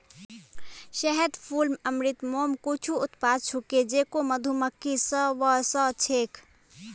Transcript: शहद, फूल अमृत, मोम कुछू उत्पाद छूके जेको मधुमक्खि स व स छेक